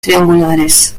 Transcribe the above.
triangulares